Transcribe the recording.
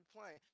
playing